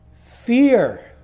Fear